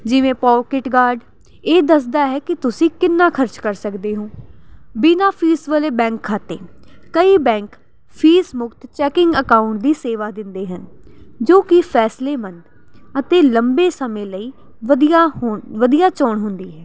ਜਿਵੇਂ pocket guard ਇਹ ਦੱਸਦਾ ਹੈ ਕਿ ਤੁਸੀਂ ਕਿੰਨਾ ਖਰਚ ਕਰ ਸਕਦੇ ਹੋ ਬਿਨਾ ਫੀਸ ਵਾਲੇ ਬੈਂਕ ਖਾਤੇ ਕਈ ਬੈਂਕ ਫੀਸ ਮੁਕਤ ਚੈਕਿੰਗ ਅਕਾਊਂਟ ਦੀ ਸੇਵਾ ਦਿੰਦੇ ਹਨ ਜੋ ਕਿ ਫੈਸਲੇ ਮਨ ਅਤੇ ਲੰਬੇ ਸਮੇਂ ਲਈ ਵਧੀਆ ਹੋਣ ਵਧੀਆ ਚੋਣ ਹੁੰਦੀ ਹੈ